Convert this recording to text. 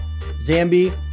Zambi